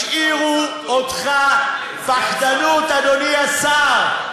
השאירו אותך, פחדנות, אדוני השר.